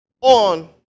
on